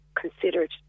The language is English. considered